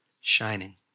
Shining